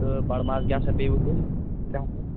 تہٕ بڈٕ ماز کیٛاہ سا پیٚوٕ تۄہہِ ترٛےٚ ہَتھ رۄپیِہِ